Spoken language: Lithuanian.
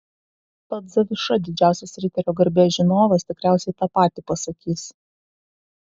pats zaviša didžiausias riterio garbės žinovas tikriausiai tą patį pasakys